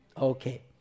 Okay